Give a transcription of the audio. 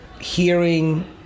hearing